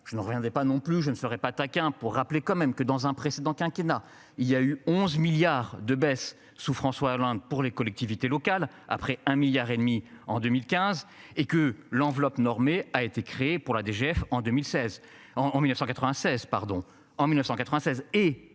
Je ne reviendrai pas non plus je ne serai pas taquin pour rappeler quand même que dans un précédent quinquennat il y a eu 11 milliards de baisse sous François Hollande pour les collectivités locales après un milliard et demi en 2015 et que l'enveloppe normée a été créée pour la DGF en 2016